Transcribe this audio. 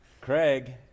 Craig